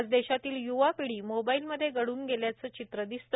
आज देशातील य्वा पीढी मोबाईलमध्ये गढून गेल्याचे चित्र दिसते